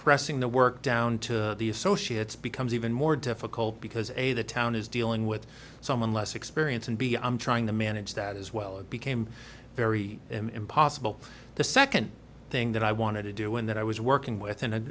pressing the work down to the associates becomes even more difficult because a the town is dealing with someone less experienced and b i'm trying to manage that as well it became very impossible the second thing that i wanted to do and that i was working with